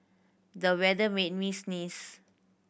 the weather made me sneeze